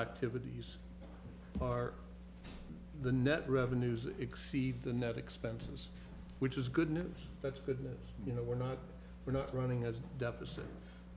activities are the net revenues exceed the net expenses which is good news that's good news you know we're not we're not running as a deficit